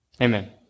Amen